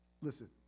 listen